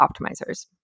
optimizers